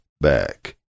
back